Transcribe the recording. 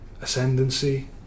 ascendancy